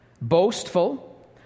boastful